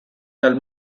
dal